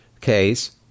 case